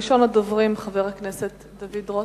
ראשון הדוברים, חבר הכנסת דוד רותם,